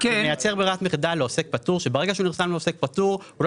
ברירת מחדל לעוסק פטור שברגע שהוא נרשם לעוסק פטור הוא לא